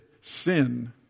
sin